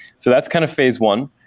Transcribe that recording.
so that's kind of phase one,